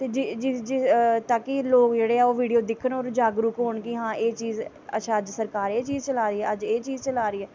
तां कि लोग जेह्ड़े ओह् वीडियो दिक्खन होर जागरुक होन कि एह् चीज़ अच्छा सरकार अज्ज एह् चीज़ चलादी ऐ अज्ज एह् चीज़ चलादी ऐ